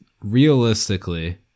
realistically